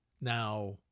Now